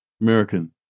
American